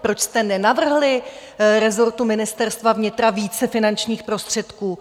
Proč jste nenavrhli rezortu Ministerstva vnitra více finančních prostředků?